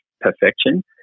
perfection